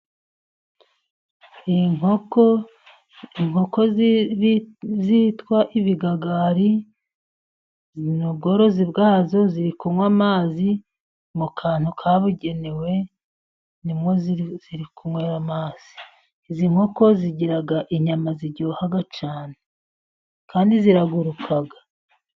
Inkoko, inkoko zitwa ibigagari ,ni ubworozi bwazo ziri kunywa amazi mu kantu kabugenewe, nimwo ziri kunywera amazi, izi nkoko zigira inyama ziryoha cyane, kandi ziraguruka.